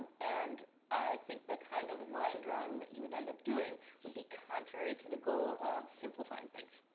and i think the kind of line-drawing that you would end up doing would be contrary to the goal of simplifying things.